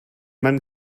man